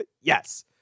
Yes